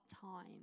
time